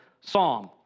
psalm